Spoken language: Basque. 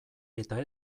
eta